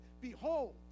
Behold